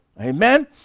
Amen